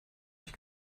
ich